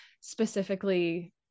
specifically